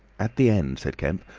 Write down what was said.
at the end, said kemp,